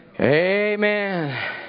Amen